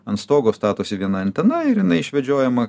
ant stogo statosi viena antena ir jinai išvedžiojama